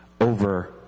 over